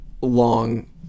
long